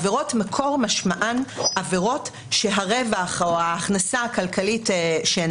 עבירות מקור משמען עבירות שהרווח או ההכנסה הכלכלית שהן